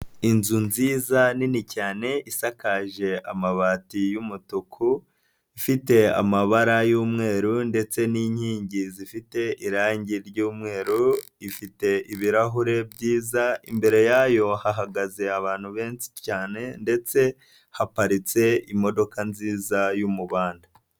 Inzu nziza nini cyane isakaje amabati y'umutuku, ifite amabara y'umweru ndetse n'inkingi zifite irangi ry'umweru, ifite ibirahure byiza, imbere yayo hahagaze abantu benshi cyane ndetse haparitse imodoka nziza y'umubanda.